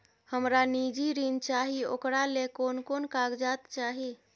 हमरा निजी ऋण चाही ओकरा ले कोन कोन कागजात चाही?